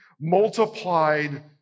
multiplied